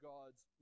God's